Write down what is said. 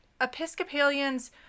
Episcopalians